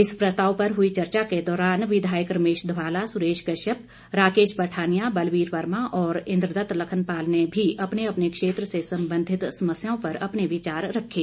इस प्रस्ताव पर हुई चर्चा के दौरान विधायक रमेश ध्वाला सुरेश कश्यप राकेश पठानिया बलबीर वर्मा और इंद्रदत्त लखनपाल ने भी अपने अपने क्षेत्र से संबंधित समस्याओं पर अपने विचार रखे